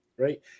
Right